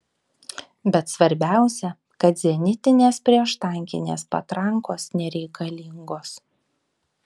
bet svarbiausia kad zenitinės prieštankinės patrankos nereikalingos